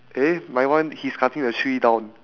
eh my one he's cutting a tree down